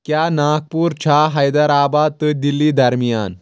کیاہ ناگپوٗر چھا حیدرآباد تہٕ دِلی درمیان